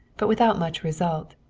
but without much result.